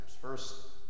First